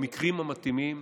במקרים המתאימים,